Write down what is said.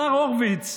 השר הורוביץ,